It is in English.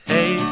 Hey